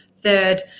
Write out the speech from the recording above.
third